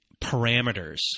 parameters